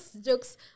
jokes